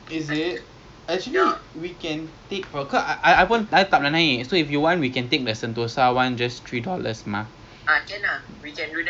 err let me think maybe dekat maple city ah dekat and it's halal so shake shack in a duck